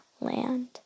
land